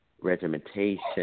regimentation